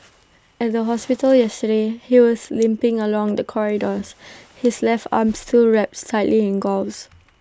at the hospital yesterday he was limping along the corridors his left arm still wrapped tightly in gauze